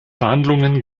verhandlungen